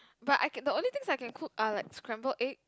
but I can the only things I can cook are like scrambled egg